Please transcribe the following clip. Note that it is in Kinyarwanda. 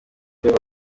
rwego